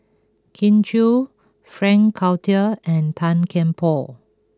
Kin Chui Frank Cloutier and Tan Kian Por